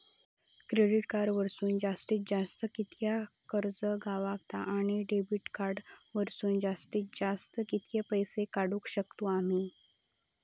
Credit card वरसून जास्तीत जास्त कितक्या कर्ज गावता, आणि डेबिट कार्ड वरसून जास्तीत जास्त कितके पैसे काढुक शकतू आम्ही?